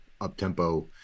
up-tempo